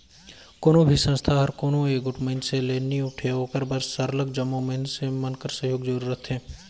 कोनो भी संस्था हर कोनो एगोट मइनसे ले नी उठे ओकर बर सरलग जम्मो मइनसे मन कर सहयोग जरूरी रहथे